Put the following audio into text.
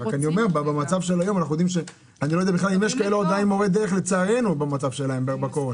אב במצב של היום אני לא יודע אם יש מורי דרך לצערנו במצב שלהם בקורונה.